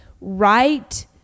right